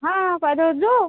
हं पायदच जऊ